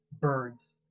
birds